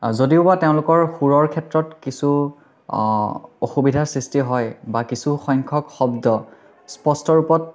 যদিওবা তেওঁলোকৰ সুৰৰ কিছু অসুবিধাৰ সৃষ্টি হয় বা কিছু সংখ্যক শব্দ স্পষ্টৰূপত